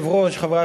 רבותי,